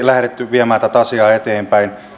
lähdetty viemään tätä asiaa eteenpäin